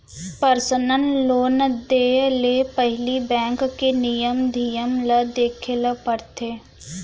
personal loan देय ले पहिली बेंक के नियम धियम ल देखे ल परथे